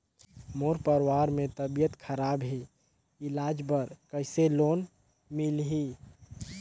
मोर परवार मे तबियत खराब हे इलाज बर कइसे लोन मिलही?